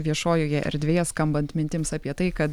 viešojoje erdvėje skambant mintims apie tai kad